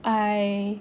I